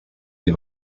sie